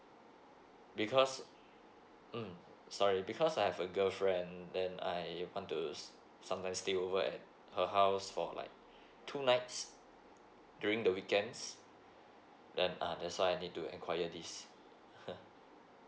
because mm sorry because I have a girlfriend then I want to sometimes stay over at her house for like two nights during the weekends then uh that's why I need to enquirer this